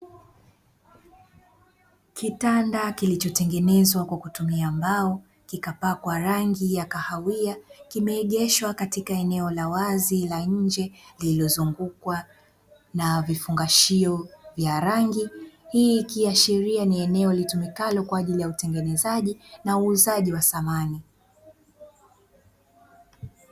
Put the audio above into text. Kitanda kilichotengenezwa kwa kutumia mbao, kikapakwa rangi ya kahawia kimeegeshwa katika eneo la wazi la nje lililozungukwa na vifungashio vya rangi. Hii ikiashiria ni eneo litumikalo kwa ajili ya utengenezaji na uuzaji wa samani